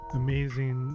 amazing